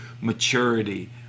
maturity